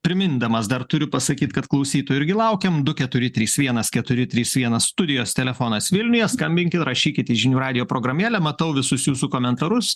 primindamas dar turiu pasakyt kad klausytojų irgi laukiam du keturi trys vienas keturi trys vienas studijos telefonas vilniuje skambinkit rašykit į žinių radijo programėlę matau visus jūsų komentarus